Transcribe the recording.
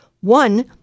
One